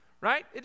Right